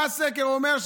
מה הסקר אומר,